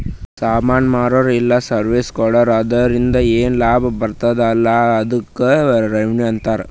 ಸಾಮಾನ್ ಮಾರುರ ಇಲ್ಲ ಸರ್ವೀಸ್ ಕೊಟ್ಟೂರು ಅದುರಿಂದ ಏನ್ ಲಾಭ ಬರ್ತುದ ಅಲಾ ಅದ್ದುಕ್ ರೆವೆನ್ಯೂ ಅಂತಾರ